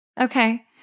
Okay